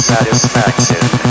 Satisfaction